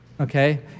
Okay